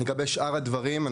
לגבי שאר הדברים,